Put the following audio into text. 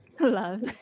Love